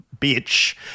bitch